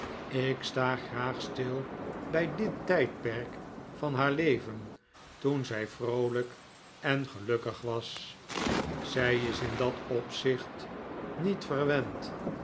ik sta graag stil bij dit tijdperk van haar leven toen zij vroolijk en gelukkig was zij is in dat opzicht niet verwend